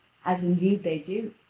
as indeed they do.